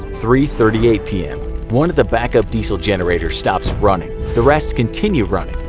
three thirty eight pm one of the backup diesel generators stops running. the rest continue running,